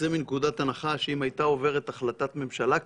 צא מנקודת הנחה שאם הייתה עוברת החלטת ממשלה כזאת,